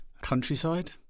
Countryside